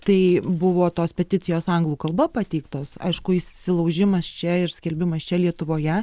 tai buvo tos peticijos anglų kalba pateiktos aišku įsilaužimas čia ir skelbimas čia lietuvoje